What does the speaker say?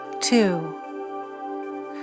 Two